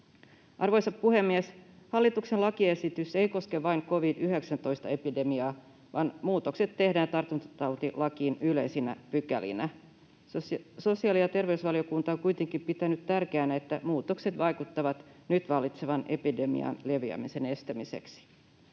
Arvoisa puhemies! Hallituksen lakiesitys ei koske vain covid-19-epidemiaa, vaan muutokset tehdään tartuntatautilakiin yleisinä pykälinä. Sosiaali- ja terveysvaliokunta on kuitenkin pitänyt tärkeänä, että muutokset vaikuttavat nyt vallitsevan epidemian leviämisen estämiseksi.